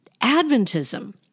Adventism